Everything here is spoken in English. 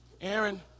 Aaron